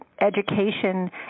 education